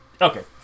okay